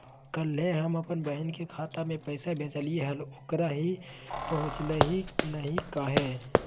कल्हे हम अपन बहिन के खाता में पैसा भेजलिए हल, ओकरा ही पहुँचलई नई काहे?